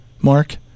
Mark